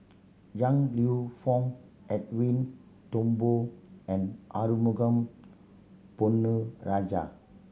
Yong Lew Foong Edwin Thumboo and Arumugam Ponnu Rajah